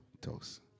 toast